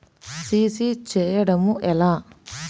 CC చేయడము ఎలా?